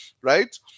right